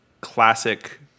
classic